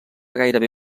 gairebé